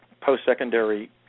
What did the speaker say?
post-secondary